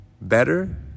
better